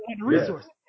resources